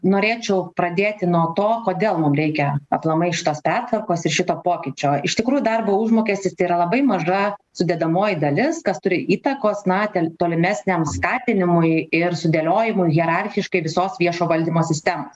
norėčiau pradėti nuo to kodėl mum reikia aplamai šitos pertvarkos ir šito pokyčio iš tikrųjų darbo užmokestis yra labai maža sudedamoji dalis kas turi įtakos na ten tolimesniam skatinimui ir sudėliojimui hierarchiškai visos viešo valdymo sistemos